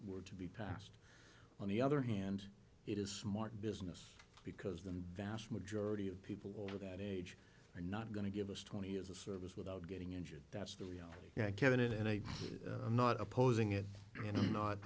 were to be passed on the other hand it is smart business because the vast majority of people over that age are not going to give us twenty years of service without getting injured that's the reality kevin and i i'm not opposing it and i'm not